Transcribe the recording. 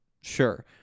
Sure